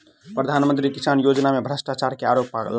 प्रधान मंत्री किसान योजना में भ्रष्टाचार के आरोप लागल